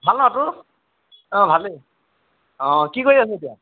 ভাল ন তোৰ অঁ ভালেই অঁ কি কৰি আছ এতিয়া